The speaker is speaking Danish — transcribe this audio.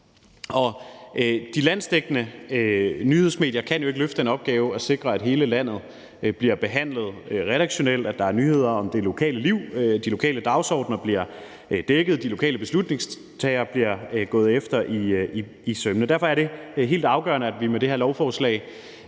De landsdækkende nyhedsmedier kan jo ikke løfte den opgave at sikre, at hele landet bliver behandlet redaktionelt – at der er nyheder om det lokale liv, at de lokale dagsordener bliver dækket, og at de lokale beslutningstagere bliver gået efter i sømmene. Derfor er det helt afgørende, at vi med det her lovforslag